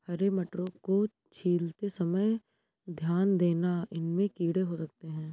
हरे मटरों को छीलते समय ध्यान देना, इनमें कीड़े हो सकते हैं